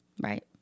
Right